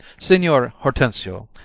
signior hortensio,